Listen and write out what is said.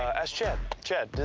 ask chad. chad,